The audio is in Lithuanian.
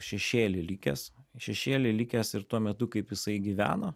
šešėly likęs šešėly likęs ir tuo metu kaip jisai gyveno